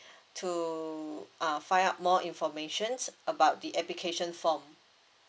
to uh find out more informations about the application form